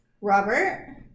Robert